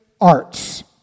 Arts